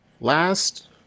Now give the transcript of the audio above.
last